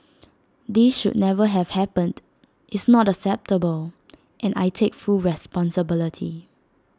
this should never have happened is not acceptable and I take full responsibility